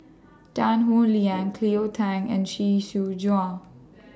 Tan Howe Liang Cleo Thang and Chee Soon Juan